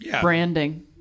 Branding